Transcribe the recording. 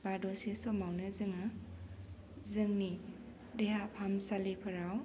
बा दसे समावनो जोङो जोंनि देहा फाहामसालिफोराव